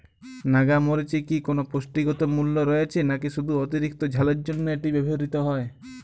নাগা মরিচে কি কোনো পুষ্টিগত মূল্য রয়েছে নাকি শুধু অতিরিক্ত ঝালের জন্য এটি ব্যবহৃত হয়?